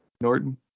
Norton